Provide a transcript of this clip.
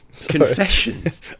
Confessions